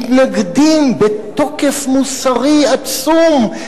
מתנגדים בתוקף מוסרי עצום,